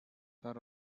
the